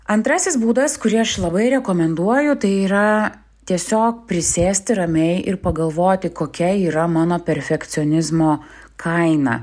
antrasis būdas kurį aš labai rekomenduoju tai yra tiesiog prisėsti ramiai ir pagalvoti kokia yra mano perfekcionizmo kaina